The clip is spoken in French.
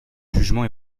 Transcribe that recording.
jugement